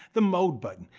the mode button,